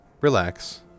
relax